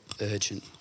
urgent